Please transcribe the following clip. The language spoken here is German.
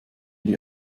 die